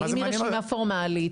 האם היא רשימה פורמאלית,